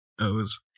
O's